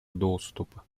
доступа